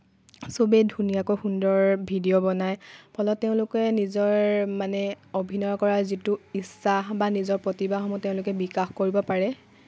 সবেই ধুনীয়াকৈ সুন্দৰ ভিডিঅ' বনায় ফলত তেওঁলোকে নিজৰ মানে অভিনয় কৰাৰ যিটো ইচ্ছা বা নিজৰ প্ৰতিভাসমূহ তেওঁলোকে বিকাশ কৰিব পাৰে